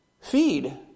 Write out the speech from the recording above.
Feed